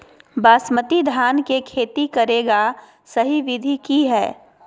बासमती धान के खेती करेगा सही विधि की हय?